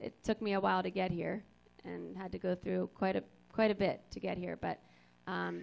it took me a while to get here and had to go through quite a quite a bit to get here but